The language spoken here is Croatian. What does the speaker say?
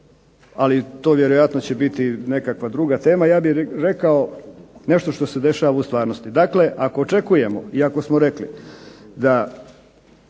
će to vjerojatno biti nekakva druga tema. Ja bih rekao nešto što se dešava u stvarnosti. Dakle, ako očekujemo i ako smo rekli da